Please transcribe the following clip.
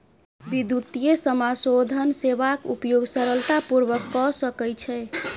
विद्युतीय समाशोधन सेवाक उपयोग सरलता पूर्वक कय सकै छै